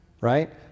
right